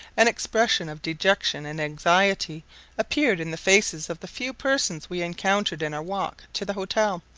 an expression of dejection and anxiety appeared in the faces of the few persons we encountered in our walk to the hotel,